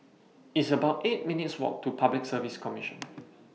It's about eight minutes' Walk to Public Service Commission